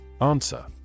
Answer